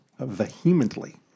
vehemently